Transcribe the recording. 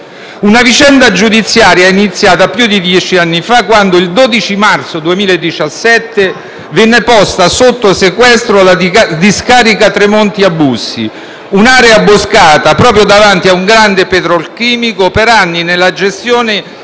Una vicenda giudiziaria che inizia più di dieci anni fa quando, il 12 marzo 2017, venne posta sotto sequestro la discarica Tre Monti a Bussi, un'area boscata proprio davanti a un grande petrolchimico per anni nella gestione